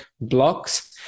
Blocks